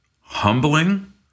humbling